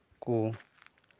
ᱠᱚ